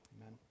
amen